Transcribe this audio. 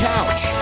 Couch